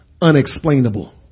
unexplainable